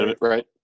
Right